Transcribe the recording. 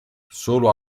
solo